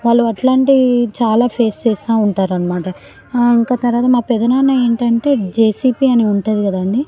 వాళ్ళు అట్లాంటివి చాలా ఫేస్ చేస్తూ ఉంటారన్నమాట ఇంకా మా పెద్దనాన్న ఏంటంటే జేసీపీ అని ఉంటుంది కదండి